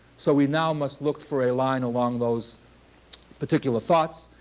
so we now must look for a line along those particular thoughts.